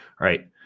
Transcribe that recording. right